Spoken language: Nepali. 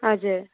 हजुर